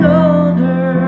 older